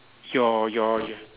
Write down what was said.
your your your